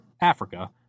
Africa